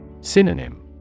Synonym